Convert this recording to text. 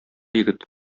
егет